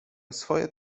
swoje